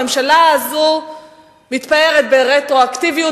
הממשלה הזו מתפארת ברטרואקטיביות,